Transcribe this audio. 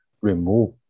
remove